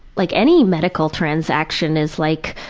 like any medical transaction is like,